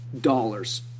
dollars